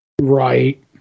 Right